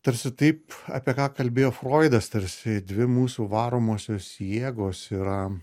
tarsi taip apie ką kalbėjo froidas tarsi dvi mūsų varomosios jėgos yra